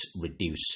reduce